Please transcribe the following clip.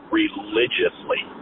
religiously